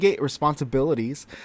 responsibilities